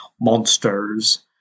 monsters